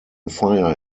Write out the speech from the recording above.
fire